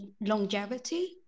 longevity